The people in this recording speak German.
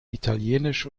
italienisch